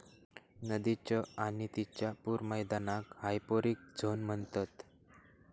नदीच्य आणि तिच्या पूर मैदानाक हायपोरिक झोन म्हणतत